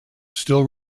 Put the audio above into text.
still